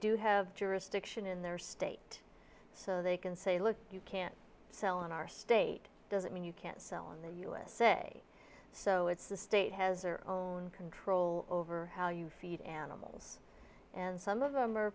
do have jurisdiction in their state so they can say look you can't sell in our state doesn't mean you can't sell in the usa so it's the state has their own control over how you feed animals and some of them are